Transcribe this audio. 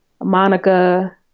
Monica